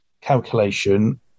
calculation